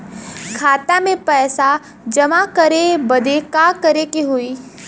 खाता मे पैसा जमा करे बदे का करे के होई?